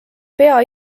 pea